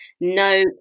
no